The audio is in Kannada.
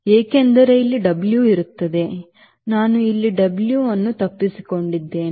ಏಕೆಂದರೆ ಇಲ್ಲಿ W ಇರುತ್ತದೆ ನಾನು ಇಲ್ಲಿ W ಅನ್ನು ತಪ್ಪಿಸಿಕೊಂಡಿದ್ದೇನೆ